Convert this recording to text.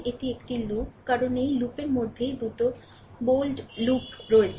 এটি একটি লুপ কারণ এই লুপের মধ্যে দুটো বোল্ড লুপ রয়েছে